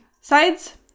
sides